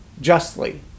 justly